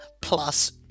plus